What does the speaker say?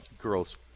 girls